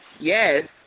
Yes